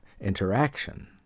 interaction